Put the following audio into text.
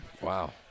Wow